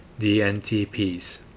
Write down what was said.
DNTPs